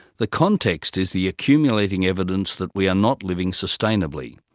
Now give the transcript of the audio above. the context is the accumulating evidence that we are not living sustainably,